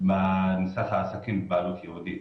מסך העסקים בבעלות יהודית.